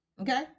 okay